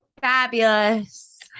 fabulous